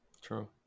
True